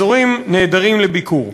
אזורים נהדרים לביקור.